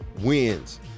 wins